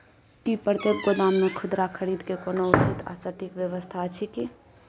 की प्रतेक गोदाम मे खुदरा खरीद के कोनो उचित आ सटिक व्यवस्था अछि की?